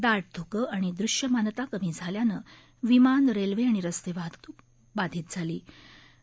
दा ध्रुकं आणि दृष्यमानता कमी झाल्यानं विमान रेल्वे आणि रस्ते वाहतूक बाधित झाली होती